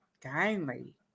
kindly